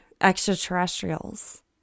extraterrestrials